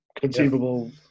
conceivable